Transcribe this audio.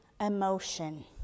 emotion